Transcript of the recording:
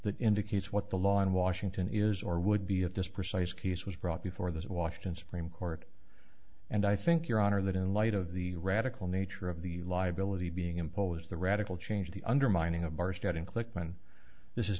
that indicates what the law in washington is or would be if this precise case was brought before the washington supreme court and i think your honor that in light of the radical nature of the liability being imposed the radical change the undermining of